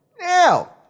Now